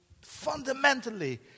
fundamentally